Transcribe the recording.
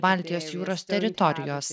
baltijos jūros teritorijos